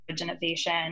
innovation